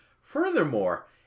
Furthermore